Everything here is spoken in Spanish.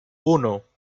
uno